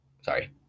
Sorry